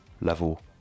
level